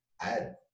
add